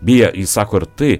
beje ji sako ir tai